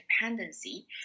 dependency